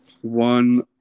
One